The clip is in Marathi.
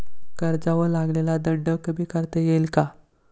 कर्जावर लागलेला दंड कमी करता येईल का?